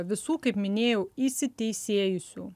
visų kaip minėjau įsiteisėjusių